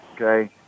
okay